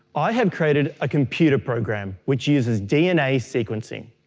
i have created a computer program which uses dna sequencing.